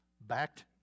backed